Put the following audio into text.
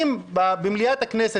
אם במליאת הכנסת